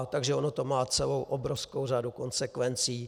Takže ono to má celou obrovskou řadu konsekvencí.